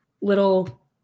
little